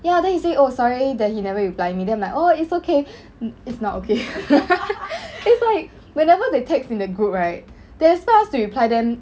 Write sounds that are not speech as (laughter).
ya then he say oh sorry that he never reply me then I'm like oh it's okay it's not okay (laughs) it's like whenever they text in the group right they expect us to reply them